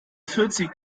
vierzig